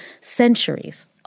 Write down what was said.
centuries